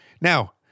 Now